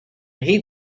hate